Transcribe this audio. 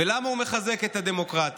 ולמה הוא מחזק את הדמוקרטיה?